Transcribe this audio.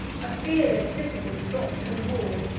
a fearless citizen dropped from the walls,